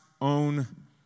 own